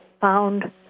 found